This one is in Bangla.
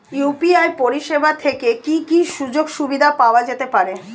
ইউ.পি.আই পরিষেবা থেকে কি কি সুযোগ সুবিধা পাওয়া যেতে পারে?